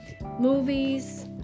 movies